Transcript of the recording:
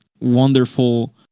wonderful